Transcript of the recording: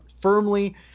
firmly